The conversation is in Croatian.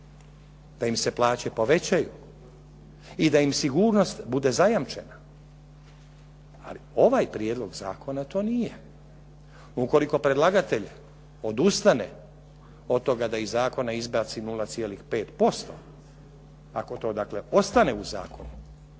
da im se plaće povećaju i da im sigurnost bude zajamčena, ali ovaj prijedlog zakona to nije. Ukoliko predlagatelj odustane da iz zakona izbaci 0,5% ako to dakle ostane u zakonu,